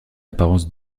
apparence